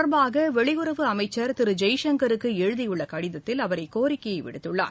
தொடர்பாகவெளியுறவு அமைச்சர் திருஜெய்சங்கருக்குஎழுதியுள்ளகடிதத்தில் இது அவர் இக்கோரிக்கையைவிடுத்துள்ளார்